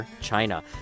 China